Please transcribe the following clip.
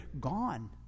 gone